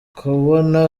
kubona